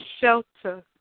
shelter